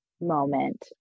moment